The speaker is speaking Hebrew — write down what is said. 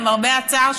למרבה הצער,